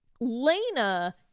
Lena